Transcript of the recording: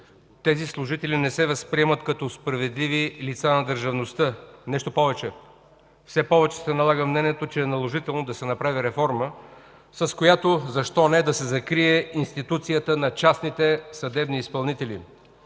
тези служители не се възприемат като справедливи лица на държавността. Нещо повече! Все повече се налага мнението, че е наложително да се направи реформа, с която, защо не, да се закрие институцията на частните съдебни изпълнители.